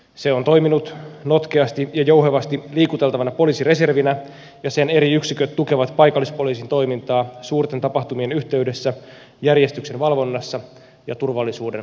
se on toiminut notkeasti ja jouhevasti liikuteltavana poliisireservinä ja sen eri yksiköt tukevat paikallispoliisin toimintaa suurten tapahtumien yhteydessä järjestyksenvalvonnassa ja turvallisuuden takaamisessa